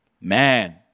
Man